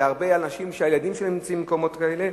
להרבה אנשים שהילדים שלהם נמצאים במקומות כאלה.